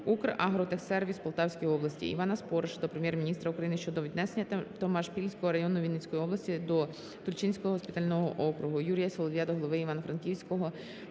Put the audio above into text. Дякую